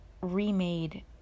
remade